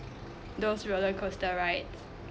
those roller coaster rides